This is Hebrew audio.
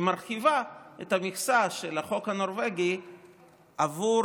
היא מרחיבה את המכסה של החוק הנורבגי עבור